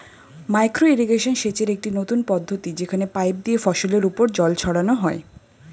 micro irrigation সেচের একটি নতুন পদ্ধতি যেখানে পাইপ দিয়ে ফসলের উপর জল ছড়ানো হয়